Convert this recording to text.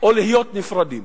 או להיות נפרדים